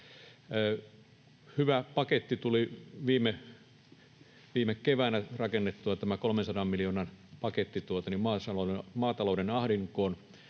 Hyvä paketti tuli viime keväänä rakennettua, tämä 300 miljoonan paketti maatalouden ahdinkoon.